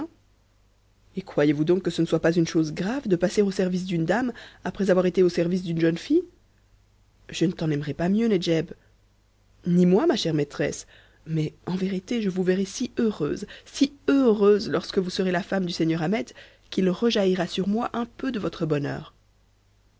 et croyez-vous donc que ce ne soit pas une chose grave de passer au service d'une dame après avoir été au service d'une jeune fille je ne t'en aimerai pas mieux nedjeb ni moi ma chère maîtresse mais en vérité je vous verrai si heureuse si heureuse lorsque vous serez la femme du seigneur ahmet qu'il rejaillira sur moi un peu de votre bonheur